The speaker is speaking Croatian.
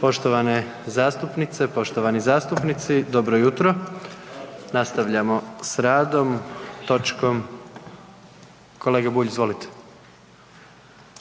Poštovane zastupnice, poštovani zastupnici dobro jutro. Nastavljamo s radom, točkom, kolega Bulj izvolite.